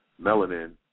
melanin